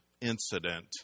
incident